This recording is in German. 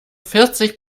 vierzig